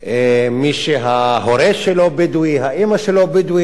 מי שההורה שלו בדואי, האמא שלו בדואית,